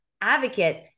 advocate